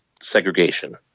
segregation